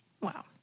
Wow